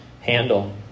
handle